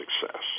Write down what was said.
success